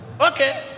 Okay